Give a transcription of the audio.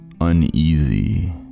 uneasy